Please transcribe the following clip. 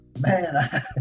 Man